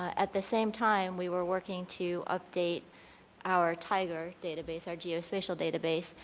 at the same time, we were working to update our tiger database, our geospatial database,